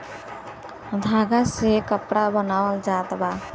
धागा से कपड़ा बनावल जात बा